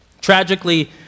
Tragically